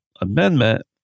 amendment